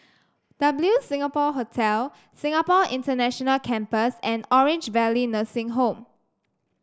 W Singapore Hotel Singapore International Campus and Orange Valley Nursing Home